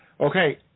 Okay